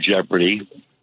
jeopardy